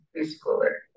preschooler